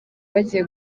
bagiye